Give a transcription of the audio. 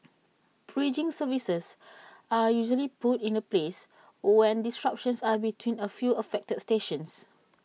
bridging services are usually put in A place when disruptions are between A few affected stations